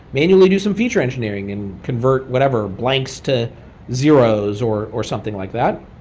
manually do some feature engineering and convert whatever blanks to zeros, or or something like that.